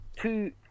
two